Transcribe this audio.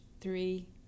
three